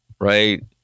Right